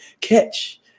catch